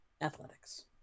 Athletics